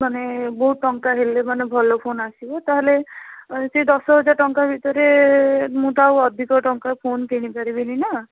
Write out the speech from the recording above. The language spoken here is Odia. ମାନେ ବହୁତ ଟଙ୍କା ହେଲେ ମାନେ ଭଲ ଫୋନ୍ ଆସିବ ତା' ହେଲେ ସେଇ ଦଶ ହଜାର ଟଙ୍କା ଭିତରେ ମୁଁ ତ ଆଉ ଅଧିକ ଟଙ୍କା ଫୋନ୍ କିଣି ପାରିବିନି ନା